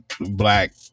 black